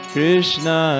Krishna